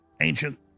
ancient